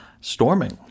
storming